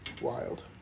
wild